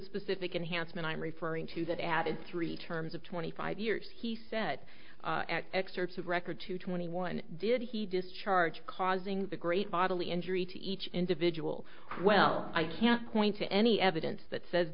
specific unhandsome and i'm referring to that added three terms of twenty five years he said excerpts of record two twenty one did he discharge causing the great bodily injury to each individual well i can point to any evidence that says